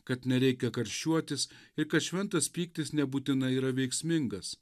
kad nereikia karščiuotis ir šventas pyktis nebūtinai yra veiksmingas